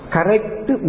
Correct